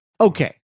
Okay